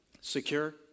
secure